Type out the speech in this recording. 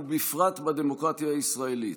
ובפרט בדמוקרטיה הישראלית.